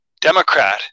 Democrat